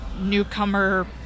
newcomer